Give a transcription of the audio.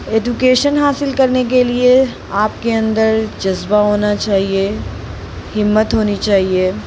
education हासिल करने के लिए आप के अंदर जज़्बा होना चाहिए हिम्मत होनी चाहिए